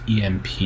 EMP